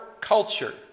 culture